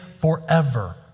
forever